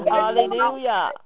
Hallelujah